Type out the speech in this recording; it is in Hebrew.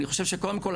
אני חושב שקודם כל,